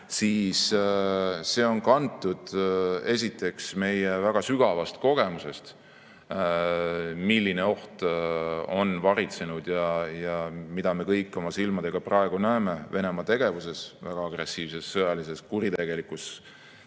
siis see on kantud esiteks meie väga sügavast kogemusest, milline oht on varitsenud ja mida me kõik oma silmadega praegu näeme Venemaa tegevuses, väga agressiivses sõjalises kuritegelikus